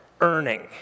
earning